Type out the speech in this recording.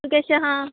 तूं केशें आहा